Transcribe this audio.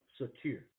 secure